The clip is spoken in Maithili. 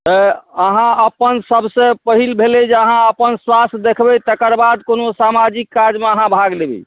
अहाँ अपन सभसँ पहिल भेलै जे अहाँ अपन स्वास्थ्य देखबै तकर बाद कोनो सामाजिक काजमे अहाँ भाग लेबै